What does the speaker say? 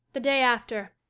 the day after.